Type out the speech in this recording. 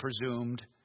presumed